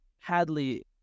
Hadley